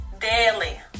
daily